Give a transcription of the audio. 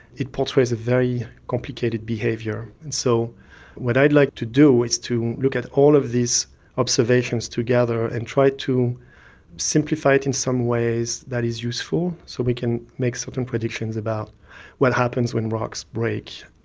it portrays a very complicated behaviour, and so what i'd like to do is to look at all of these observations together and try to simplify it in some ways that is useful so we can make certain predictions about what happens when rocks break.